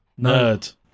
Nerd